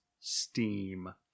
steam